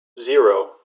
zero